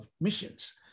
missions